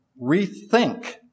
rethink